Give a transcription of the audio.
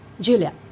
Julia